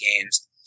games